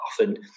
often